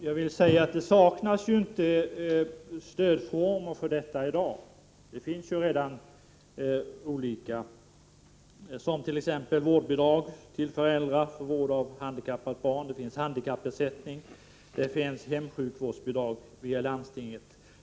Stödformer för detta saknas emellertid inte i dag. Det finns t.ex. vårdbidrag till föräldrar för vård av handikappat barn, handikappersättning och hemsjukvårdsbidrag via landstinget.